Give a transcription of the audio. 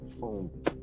phone